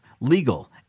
legal